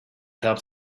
helped